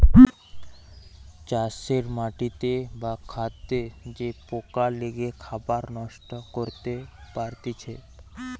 চাষের মাটিতে বা খাদ্যে যে পোকা লেগে খাবার নষ্ট করতে পারতিছে